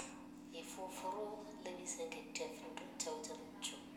Ifufuru lemib segetya fundu tcha ucha lucho